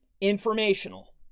informational